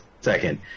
second